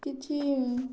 କିଛି